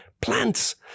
plants